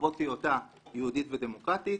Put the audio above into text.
לרבות היותה יהודית ודמוקרטית.